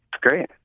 great